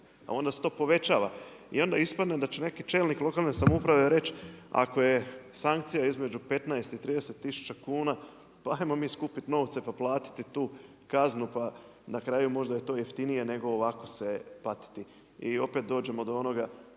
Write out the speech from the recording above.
a onda se to povećava. I onda ispada da će neki čelnik lokalne samouprave reći ako je sankcija između 15 i 30 tisuća kuna pa ajmo mi skupiti novce pa platiti tu kaznu pa na kraju možda je to jeftinije nego ovako se patiti. I opet dođemo do onoga